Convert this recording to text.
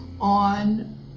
on